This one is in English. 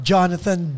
Jonathan